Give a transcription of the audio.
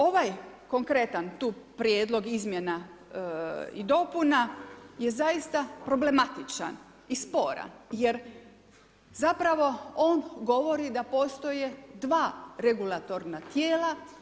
Ovaj konkretan tu Prijedlog izmjena i dopuna je zaista problematičan i sporan jer zapravo on govori da postoje dva regulatorna tijela.